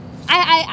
I I I